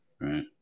right